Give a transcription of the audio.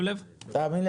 תאמין לי,